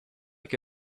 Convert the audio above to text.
che